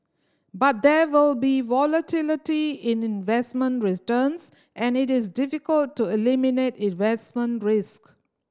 but there will be volatility in investment returns and it is difficult to eliminate investment risk